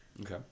okay